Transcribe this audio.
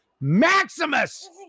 Maximus